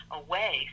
away